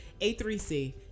A3C